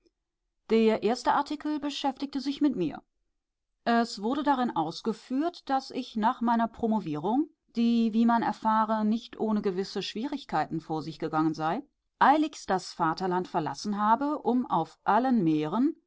der erste artikel beschäftigte sich mit mir es wurde darin ausgeführt daß ich nach meiner promovierung die wie man erfahre nicht ohne gewisse schwierigkeiten vor sich gegangen sei eiligst das vaterland verlassen habe um auf allen meeren